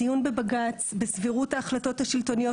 הדיון בבג"צ בסבירות ההחלטות השלטוניות,